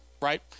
Right